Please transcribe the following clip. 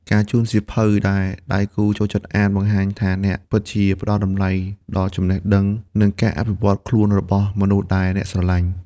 ការជូនសៀវភៅដែលដៃគូចូលចិត្តអាន បង្ហាញថាអ្នកពិតជាផ្ដល់តម្លៃដល់ចំណេះដឹង និងការអភិវឌ្ឍខ្លួនរបស់មនុស្សដែលអ្នកស្រឡាញ់។